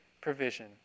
provision